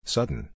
Sudden